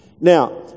Now